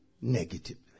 negatively